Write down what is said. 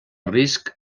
risc